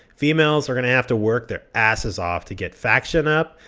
females are going to have to work their asses off to get faction up,